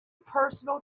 personal